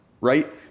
right